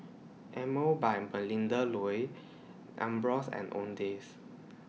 Emel By Melinda Looi Ambros and Owndays